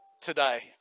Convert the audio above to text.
today